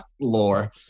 lore